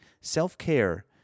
Self-care